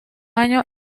año